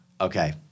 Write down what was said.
Okay